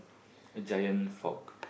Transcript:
a giant fork